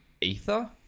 ether